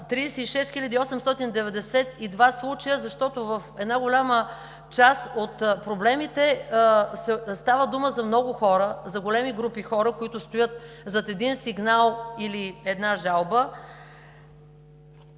36 892 случая, защото в една голяма част от проблемите става дума за много хора, за големи групи хора, които стоят зад един сигнал или една жалба.